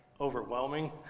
overwhelming